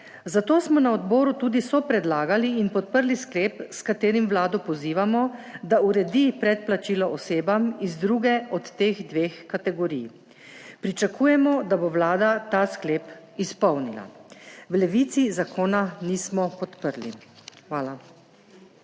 Zato smo na odboru tudi sopredlagali in podprli sklep, s katerim Vlado pozivamo, da uredi predplačilo osebam iz druge od teh dveh kategorij. Pričakujemo, da bo Vlada ta sklep izpolnila. V Levici zakona nismo podprli. Hvala.